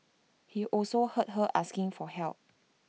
he also heard her asking for help